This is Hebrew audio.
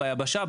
ביבשה,